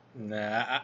Nah